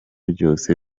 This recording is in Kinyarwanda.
byose